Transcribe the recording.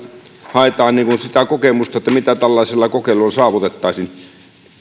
haetaan sitä kokemusta mitä tällaisella kokeilulla saavutettaisiin